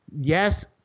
Yes